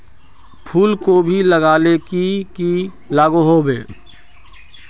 फूलकोबी लगाले की की लागोहो होबे?